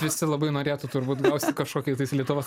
visi labai norėtų turbūt gausi kažkokį tais lietuvos